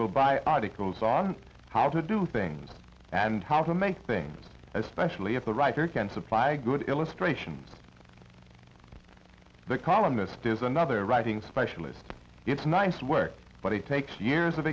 will buy articles on how to do things and how to make things especially if the writer can supply a good illustration that columnist is another writing specialist it's nice work but it takes years of